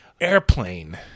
Airplane